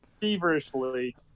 feverishly